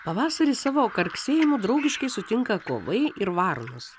pavasarį savo karksėjimu draugiškai sutinka kovai ir varnos